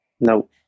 No